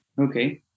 Okay